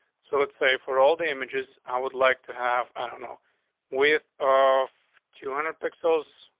so let's say for all the images i would like to have, i don't know with off two hundred pixels,